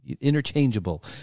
interchangeable